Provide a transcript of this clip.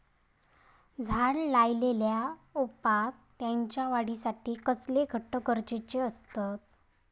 झाड लायल्या ओप्रात त्याच्या वाढीसाठी कसले घटक गरजेचे असत?